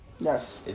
Yes